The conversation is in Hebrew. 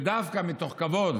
ודווקא מתוך כבוד